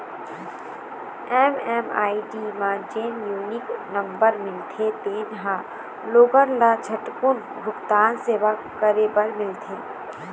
MMID म जेन unique number मिलथे तेन ह लोगन ल झटकून भूगतान सेवा करे बर मिलथे